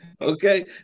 Okay